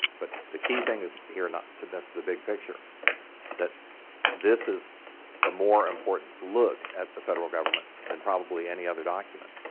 but the key thing is not to miss the big picture that this is a more important look at the federal government than probably any other document,